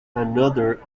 another